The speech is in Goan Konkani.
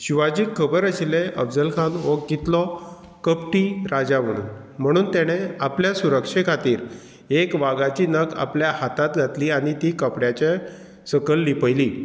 शिवाजी खबर आशिल्लें अफजल खान हो कितलो कपटी राजा म्हणून म्हणून तेणें आपल्या सुरक्षे खातीर एक वागाची नख आपल्या हातांत घातली आनी ती कपड्याचे सकल लिपयली